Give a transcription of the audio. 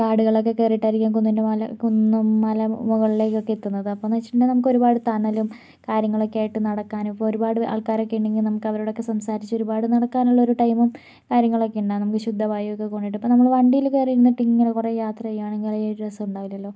കാടുകളൊക്കെ കേറിട്ടായിരിക്കും കുന്നിൻ്റെ മേലെ കുന്നും മല മുകളിലേക്ക് ഒക്കെ എത്തുന്നത് അപ്പം എന്ന് വെച്ചിട്ടുണ്ടങ്കിൽ നമുക്ക് ഒരുപാട് തണലും കാര്യങ്ങളൊക്കെ ആയിട്ട് നടക്കാനും ഇപ്പോൾ ഒരുപാട് ആൾക്കാരൊക്കെ ഉണ്ടെങ്കിൽ നമുക്ക് അവരോടൊക്കെ സംസാരിച്ച് ഒരുപാട് നടക്കാനുള്ളൊരു ടൈമും കാര്യങ്ങളൊക്കെ ഇണ്ടാവും നമുക്ക് ശുദ്ധവായു ഒക്കെ കൊണ്ടിട്ട് ഇപ്പോൾ നമ്മള് വണ്ടിയില് കയറി ഇരുന്നിട്ട് ഇങ്ങനെ കുറെ യാത്ര ചെയ്യുകയാണെങ്കിൽ ഈ ഒരു രസം ഉണ്ടാകുല്ലല്ലോ